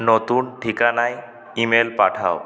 নতুন ঠিকানায় ইমেল পাঠাও